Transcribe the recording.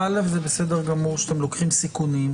זה בסדר גמור שאתם לוקחים סיכונים,